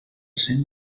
cent